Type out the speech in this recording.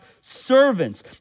servants